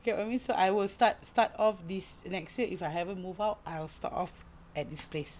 get what I mean so I will start start off this next year if I haven't move out I will start off at this place